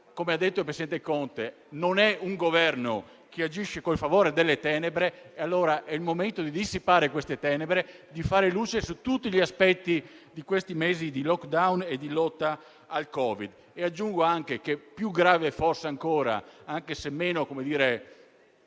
come ha detto il presidente Conte - non è un Governo che agisce con il favore delle tenebre, allora è il momento di dissipare queste tenebre e di fare luce su tutti gli aspetti di questi mesi di *lockdown* e di lotta al Covid. Aggiungo che forse ancora più grave, anche se